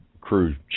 crew